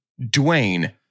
Dwayne